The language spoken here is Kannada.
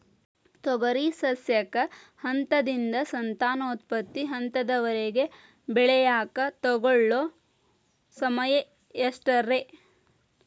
ತೊಗರಿ ಸಸ್ಯಕ ಹಂತದಿಂದ, ಸಂತಾನೋತ್ಪತ್ತಿ ಹಂತದವರೆಗ ಬೆಳೆಯಾಕ ತಗೊಳ್ಳೋ ಸಮಯ ಎಷ್ಟರೇ?